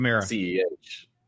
C-E-H